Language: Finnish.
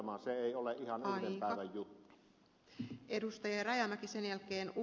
se ei ole ihan yhden päivän juttu